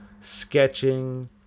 sketching